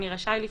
מי רשאי לפנות?